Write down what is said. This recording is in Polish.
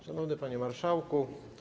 Szanowny Panie Marszałku!